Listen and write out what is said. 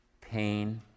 pain